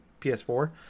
PS4